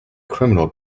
criminal